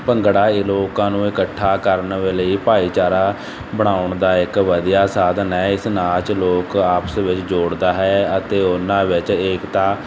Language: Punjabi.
ਭੰਗੜਾ ਇਹ ਲੋਕਾਂ ਨੂੰ ਇਕੱਠਾ ਕਰਨ ਵੇਲੇ ਭਾਈਚਾਰਾ ਬਣਾਉਣ ਦਾ ਇੱਕ ਵਧੀਆ ਸਾਧਨ ਹੈ ਇਸ ਨਾਚ ਲੋਕ ਆਪਸ ਵਿੱਚ ਜੋੜਦਾ ਹੈ ਅਤੇ ਉਹਨਾਂ ਵਿੱਚ ਏਕਤਾ